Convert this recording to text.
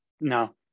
No